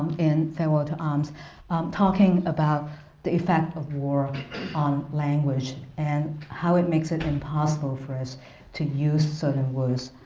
in farewell to arms talking about the effect of war on language and how it makes it impossible for us to use certain sort of words.